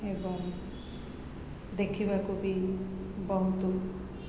ଏବଂ ଦେଖିବାକୁ ବି ବହୁତ